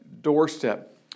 doorstep